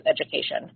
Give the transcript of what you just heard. education